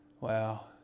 wow